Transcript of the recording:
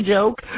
joke